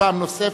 נא